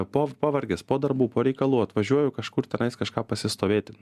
po pavargęs po darbų po reikalų atvažiuoju kažkur tenai kažką pasistovėti